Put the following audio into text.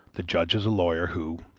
the judge is a lawyer, who,